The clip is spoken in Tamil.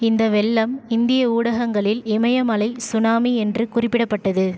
இந்த வெள்ளம் இந்திய ஊடகங்களில் இமயமலை சுனாமி என்று குறிப்பிடப்பட்டது